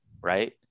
Right